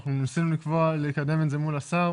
ניסינו לקבוע ולקדם את זה מול השר,